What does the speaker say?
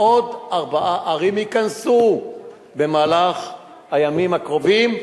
עוד ארבע ערים ייכנסו במהלך הימים הקרובים,